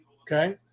Okay